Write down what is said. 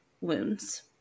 wounds